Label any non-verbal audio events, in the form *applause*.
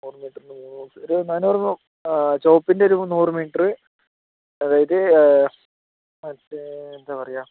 ഓർമ്മ കിട്ടുന്നുണ്ടോ നോക്കട്ടെ ഒരു നാന്നൂറ് *unintelligible* ചുവപ്പിൻ്റെ ഒരു നൂറു മീറ്റർ അതായത് മറ്റേ എന്ത പറയുക